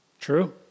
True